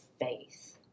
faith